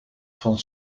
van